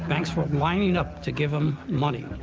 banks were lining up to give him money,